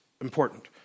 important